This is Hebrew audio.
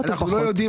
אנחנו לא יודעים